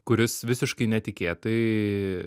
kuris visiškai netikėtai